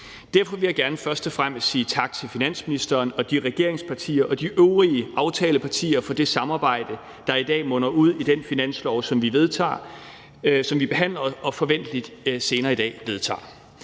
Derfor vil jeg gerne først og fremmest sige tak til finansministeren og de regeringspartier og de øvrige aftalepartier for det samarbejde, der i dag munder ud i det finanslovsforslag, som vi behandler og forventeligt senere i dag vedtager.